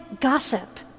gossip